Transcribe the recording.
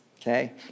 okay